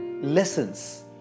lessons